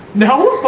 no?